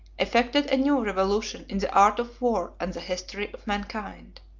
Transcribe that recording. effected a new revolution in the art of war and the history of mankind.